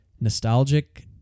nostalgic